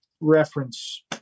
reference